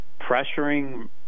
pressuring